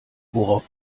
worauf